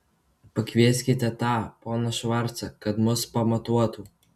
pakvieskite tą poną švarcą kad mus pamatuotų